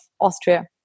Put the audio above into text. Austria